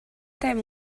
time